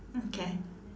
okay